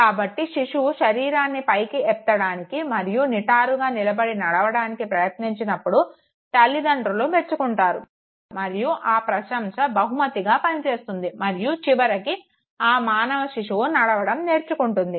కాబట్టి శిశువు శరీరాన్ని పైకి ఎత్తడానికి మరియు నిటారుగా నిలబడి నడవడానికి ప్రయత్నించినప్పుడు తల్లితండ్రులు మెచ్చుకుంటారు మరియు ఈ ప్రశంస బహుమతిగా పనిచేస్తుంది మరియు చివరికి ఈ మానవ శిశువు నడవడం నేర్చుకుంటుంది